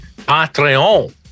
Patreon